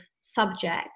subject